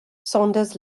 saunders